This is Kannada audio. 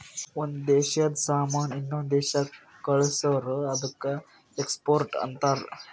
ಒಂದ್ ದೇಶಾದು ಸಾಮಾನ್ ಇನ್ನೊಂದು ದೇಶಾಕ್ಕ ಕಳ್ಸುರ್ ಅದ್ದುಕ ಎಕ್ಸ್ಪೋರ್ಟ್ ಅಂತಾರ್